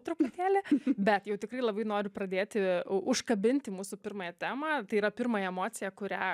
truputėlį bet jau tikrai labai noriu pradėti u užkabinti mūsų pirmąją temą tai yra pirmąją emociją kurią